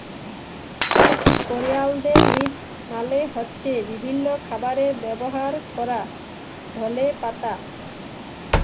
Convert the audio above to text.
করিয়ালদের লিভস মালে হ্য়চ্ছে বিভিল্য খাবারে ব্যবহার ক্যরা ধলে পাতা